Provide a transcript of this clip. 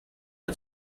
had